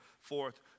forth